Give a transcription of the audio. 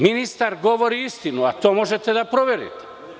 Ministar govori istinu, a to možete da proverite.